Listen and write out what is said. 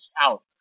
out